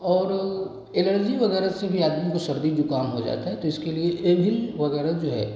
और एलर्जी वगैरह से भी आदमी को सर्दी ज़ुकाम हो जाता है तो इसके लिए एव्हिल वगैरा जो है